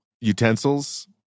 utensils